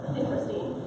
interesting